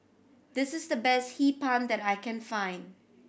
this is the best Hee Pan that I can find